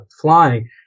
flying